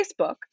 Facebook